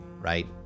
right